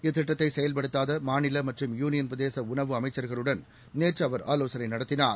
இத்திட்டத்தை செயல்படுத்தாத மாநில மற்றும் யூனியன் பிரதேச உனவு அமைச்சர்களுடன் நேற்று ஆலோசனை நடத்தினார்